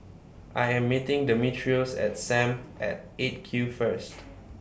I Am meeting Demetrios At SAM At eight Q First